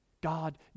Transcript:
God